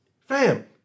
Fam